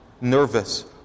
nervous